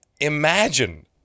imagine